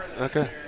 Okay